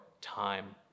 time